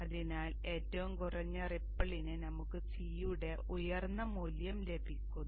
അതിനാൽ ഏറ്റവും കുറഞ്ഞ റിപ്പിളിന് നമുക്ക് C യുടെ ഉയർന്ന മൂല്യം ലഭിക്കുന്നു